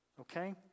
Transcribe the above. okay